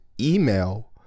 email